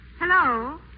Hello